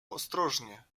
ostrożnie